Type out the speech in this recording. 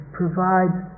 provides